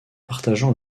partageant